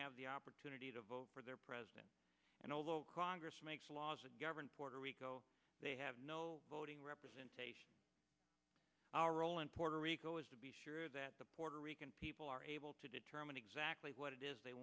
have the opportunity to vote for their president and although congress makes laws and puerto rico they have no voting representation our role in puerto rico is to be sure that the puerto rican people are able to determine exactly what it is they